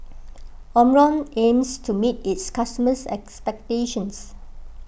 Omron aims to meet its customers' expectations